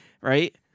right